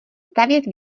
stavět